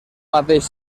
mateix